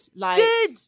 Good